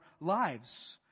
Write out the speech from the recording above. lives